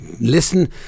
listen